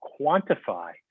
quantify